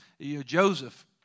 Joseph